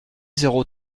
zéro